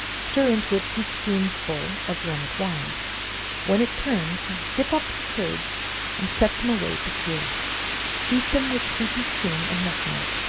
stir into it two spoonsful of rennet wine when it turns, dip up the curds and set them away to cool eat them with sweetened cream and nutmeg.